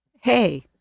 Hey